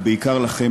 ובעיקר לכם,